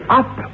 up